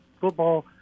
football